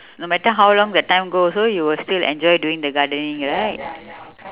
no matter how long the time go also you will still enjoy doing the gardening right